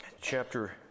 chapter